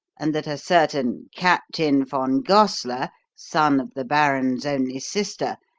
and that a certain captain von gossler, son of the baron's only sister,